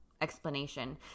explanation